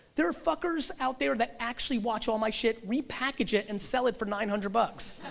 there are fuckers out there that actually watch all my shit, repackage it, and sell it for nine hundred bucks.